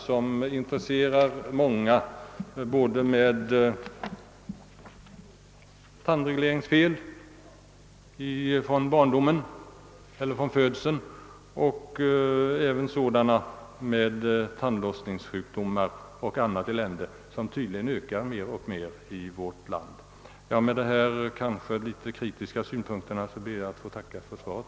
Den intresserar många, både sådana som har felaktig tandställning från födseln och sådana som lider av tandlossningssjukdomar och annat elände, som tydligen ökar mer och mer i vårt land. Med dessa något kritiska synpunkter ber jag att få tacka för svaret.